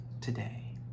today